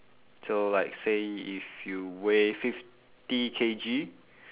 so like say if you weigh fifty K_G